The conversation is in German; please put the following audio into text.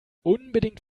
unbedingt